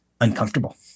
uncomfortable